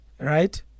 right